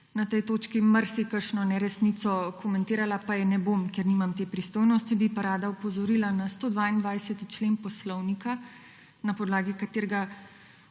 na tej točki marsikatero neresnico komentirala, pa je ne bom, ker nimam te pristojnosti. Rada bi pa opozorila na 122. člen Poslovnika, na podlagi katerega